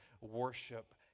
worship